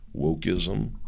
wokeism